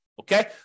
Okay